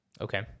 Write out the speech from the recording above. Okay